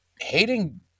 hating